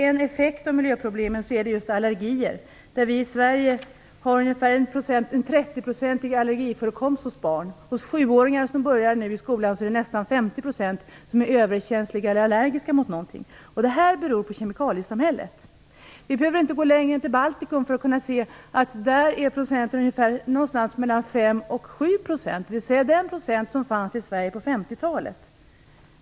En effekt av miljöproblemen är allergier. I Sverige finns det ungefär en 30-procentig allergiförekomst hos barn. Av de sjuåringar som nu börjar skolan är nästan 50 % överkänsliga eller allergiska mot någonting. Det beror på kemikaliesamhället. Vi behöver inte gå längre än till Baltikum för att se att någonstans mellan 5 och 7 % av barnen har allergier. Så var det i Sverige på 50-talet.